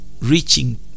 reaching